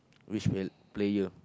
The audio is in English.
which player player